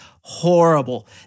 Horrible